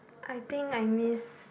I think I miss